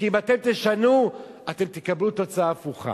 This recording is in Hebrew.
כי אם אתם תשנו אתם תקבלו תוצאה הפוכה.